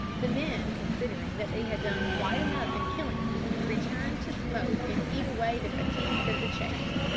the men, considering that they had done quite enough in killing it, returned to smoke and eat away the fatigues of the chase.